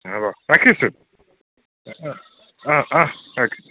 হ'ব ৰাখিছোঁ ৰাখিছোঁ